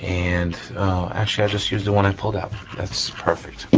and actually i'll just use the one i pulled out. that's perfect.